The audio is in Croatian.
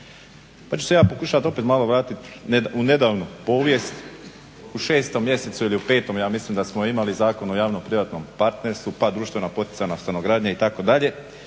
Pa ću se ja pokušati opet malo vratiti u nedavnu povijest, u 6. mjesecu ili u 5. ja mislim da smo imali Zakon o javno-privatnom partnerstvu pa društveno poticana stanogradnja itd.